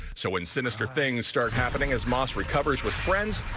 so when sinister things start happening as moss recovers with friends.